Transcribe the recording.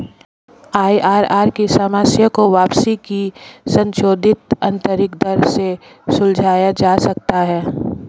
IRR की समस्या को वापसी की संशोधित आंतरिक दर से सुलझाया जा सकता है